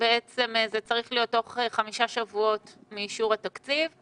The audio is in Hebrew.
שזה צריך להיות חמישה שבועות מגיוס התקציב?